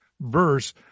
verse